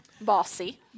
Bossy